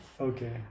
Okay